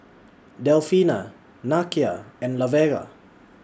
Delfina Nakia and Lavera